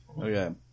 Okay